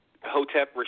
Hotep